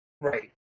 Right